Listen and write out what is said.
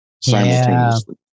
simultaneously